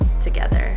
together